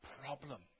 problem